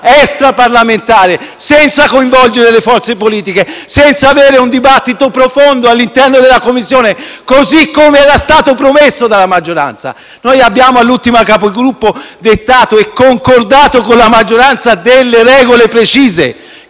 extraparlamentare senza coinvolgere le forze politiche, senza avere un dibattito profondo all'interno della Commissione, così come era stato promesso dalla maggioranza. All'ultima Conferenza dei Capigruppo abbiamo dettato e concordato con la maggioranza regole precise;